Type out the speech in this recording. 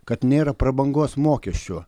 kad nėra prabangos mokesčio